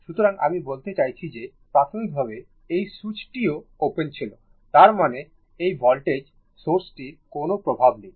সুতরাং আমি বলতে চাইছি যে প্রাথমিকভাবে এই সুইচটিও ওপেন ছিল তার মানে এই ভোল্টেজ সোর্সটির কোনও প্রভাব নেই